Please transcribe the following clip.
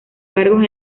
cargos